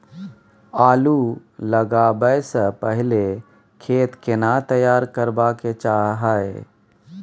आलू लगाबै स पहिले खेत केना तैयार करबा के चाहय?